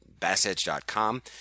BassEdge.com